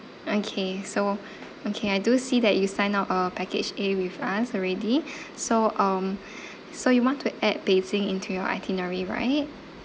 okay so okay I do see that you sign up uh package a with us already so um so you want to add beijing into your itinerary right